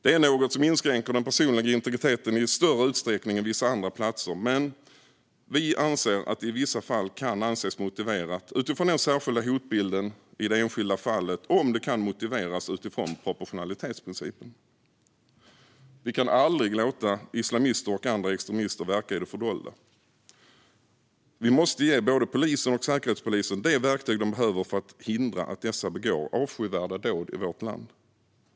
Det är något som inskränker den personliga integriteten i större utsträckning än på vissa andra platser, men vi anser att det i vissa fall kan anses motiverat utifrån den särskilda hotbilden i det enskilda fallet om det kan motiveras utifrån proportionalitetsprincipen. Vi kan aldrig låta islamister och andra extremister verka i det fördolda. Vi måste ge både polisen och Säkerhetspolisen de verktyg de behöver för att förhindra att dessa begår avskyvärda dåd i vårt land.